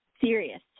Serious